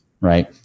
right